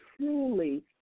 truly